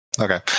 Okay